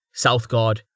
Southguard